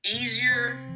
easier